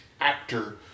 actor